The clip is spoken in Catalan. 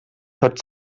tot